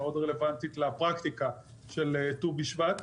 שמאוד רלוונטית לפרקטיקה של ט"ו בשבט.